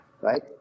Right